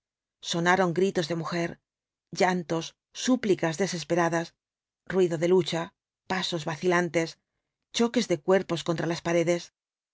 sonaron gritos de mujer llantos súplicas desesperadas ruido de lucha pasos vacilantes choques de cuerpos contra las paredes